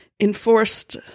enforced